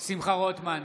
שמחה רוטמן,